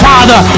Father